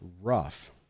rough